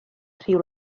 rhyw